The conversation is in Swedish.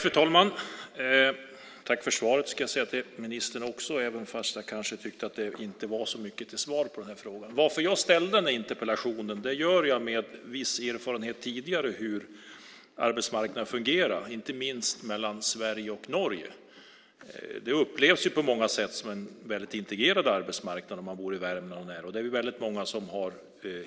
Fru talman! Tack för svaret, ska jag säga till ministern, även om jag kanske tyckte att det inte var så mycket till svar på den här frågan. Jag ställde den här interpellationen eftersom jag har viss erfarenhet från tidigare av hur arbetsmarknaden fungerar, inte minst mellan Sverige och Norge. Det upplevs på många sätt som en väldigt integrerad arbetsmarknad, om man bor i Värmland. Det är naturligtvis väldigt många som